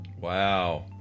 Wow